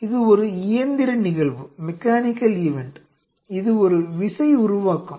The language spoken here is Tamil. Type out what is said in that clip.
இது ஒரு இயந்திர நிகழ்வு இது ஒரு விசை உருவாக்கம்